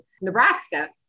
Nebraska